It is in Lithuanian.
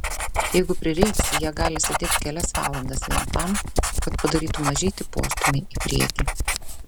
jeigu prireiks jie gali sėdėti kelias valandas vien tam kad padarytų mažytį postūmį į priekį